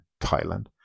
thailand